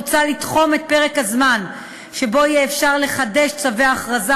מוצע לתחום את פרק הזמן שבו יהיה אפשר לחדש צווי הכרזה